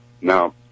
Now